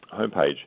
homepage